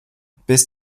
bis